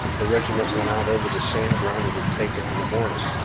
the regiment went out over the same ground it had taken in the morning.